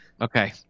Okay